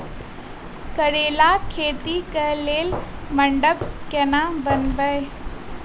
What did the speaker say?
करेला खेती कऽ लेल मंडप केना बनैबे?